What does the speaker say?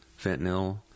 fentanyl